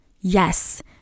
Yes